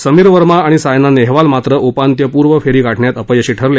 समीर वर्मा आणि सायना नेहवाल मात्र उपांत्यपूर्व फेरी गाठण्यात अपयशी ठरले